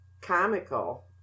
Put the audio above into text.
comical